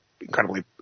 incredibly